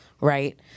right